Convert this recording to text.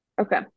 okay